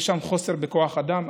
יש שם חוסר בכוח אדם,